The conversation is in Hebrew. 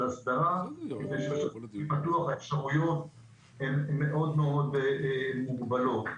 של הסדרה --- והאפשרויות מאוד מוגבלות.